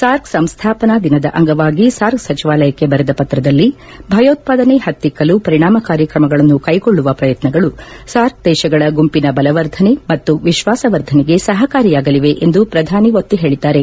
SAARC ಸಂಸ್ವಾಪನಾ ದಿನದ ಅಂಗವಾಗಿ ಸಾರ್ಕ್ ಸಚಿವಾಲಯಕ್ಕೆ ಬರೆದ ಪತ್ರದಲ್ಲಿ ಭಯೋತ್ಪಾದನೆ ಪತ್ತಿಕ್ಕಲು ಪರಿಣಾಮಕಾರಿ ಕ್ರಮಗಳನ್ನು ಕೈಗೊಳ್ದುವ ಪ್ರಯತ್ನಗಳು ಸಾರ್ಕ್ ದೇಶಗಳ ಗುಂಪಿನ ಬಲವರ್ಧನೆ ಮತ್ತು ವಿಶ್ವಾಸ ವರ್ಧನೆಗೆ ಸಹಕಾರಿಯಾಗಲಿವೆ ಎಂದು ಪ್ರಧಾನಿ ಒತ್ತಿ ಹೇಳಿದ್ದಾರೆ